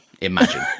imagine